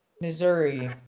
Missouri